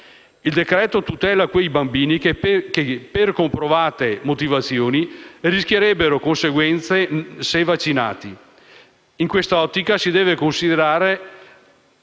Il decreto-legge tutela quei bambini che, per comprovate motivazioni, rischierebbero conseguenze se vaccinati. In quest'ottica si deve considerare